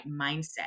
mindset